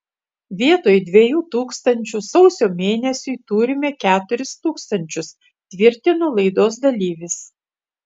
vietoj dviejų tūkstančių sausio mėnesiui turime keturis tūkstančius tvirtino laidos dalyvis